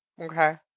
Okay